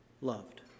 loved